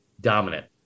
dominant